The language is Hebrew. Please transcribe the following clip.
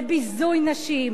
לביזוי נשים,